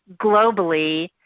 globally